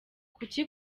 kuki